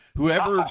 whoever